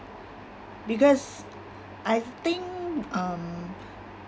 because I think um